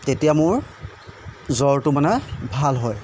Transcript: তেতিয়া মোৰ জ্বৰটো মানে ভাল হয়